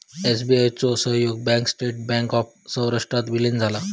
SBI चो सहयोगी bank state bank of सौराष्ट्रात विलीन झाला